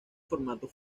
formatos